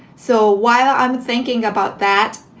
so while i'm thinking about that,